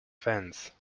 fence